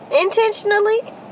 Intentionally